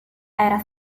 era